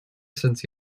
since